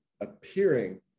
appearing